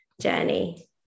journey